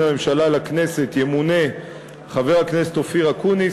הממשלה לכנסת ימונה חבר הכנסת אופיר אקוניס,